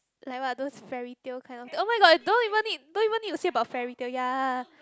like what those fairytale kind of oh-my-god don't even need don't even need to say about fairytale ya